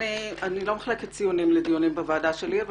אני לא מחלקת ציונים לדיונים בוועדה שלי אבל